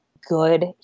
good